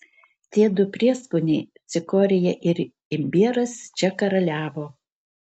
tie du prieskoniai cikorija ir imbieras čia karaliavo